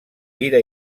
ira